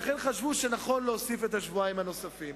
לכן חשבו שנכון להוסיף את השבועיים הנוספים.